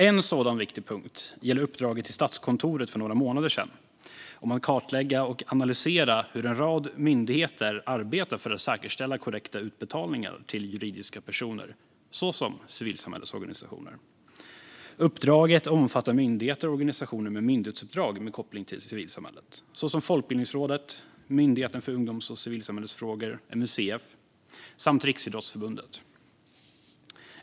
En sådan viktig punkt gäller uppdraget till Statskontoret för några månader sedan om att kartlägga och analysera hur en rad myndigheter arbetar för att säkerställa korrekta utbetalningar till juridiska personer, såsom civilsamhällesorganisationer. Uppdraget omfattar myndigheter och organisationer med myndighetsuppdrag med koppling till civilsamhället, såsom Folkbildningsrådet, Myndigheten för ungdoms och civilsamhällesfrågor, MUCF, samt Riksidrottsförbundet.